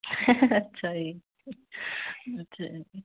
ਅੱਛਾ ਜੀ ਅੱਛਾ ਜੀ